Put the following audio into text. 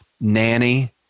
nanny